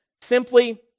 simply